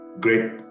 Great